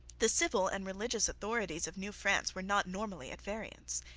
the civil and religious authorities of new france were not normally at variance.